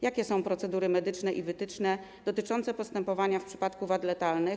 Jakie są procedury medyczne i wytyczne dotyczące postępowania w przypadku wad letalnych?